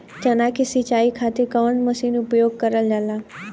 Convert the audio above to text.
चना के सिंचाई खाती कवन मसीन उपयोग करल जाला?